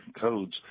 codes